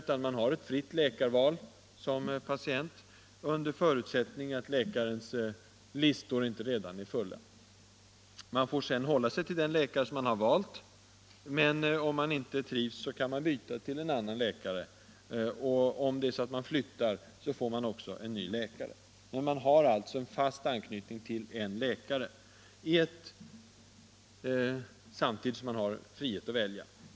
Man har som patient fritt läkarval under förutsättning att läkarens listor inte redan är fulltecknade. Man får sedan hålla sig till den läkare man har valt, men om man inte trivs kan man byta till en annan läkare. Flyttar man får man också en ny läkare. Man är dock alltid fast knuten till en läkare, samtidigt som man har frihet att välja.